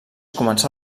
començà